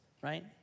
right